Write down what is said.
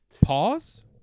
Pause